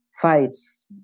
fights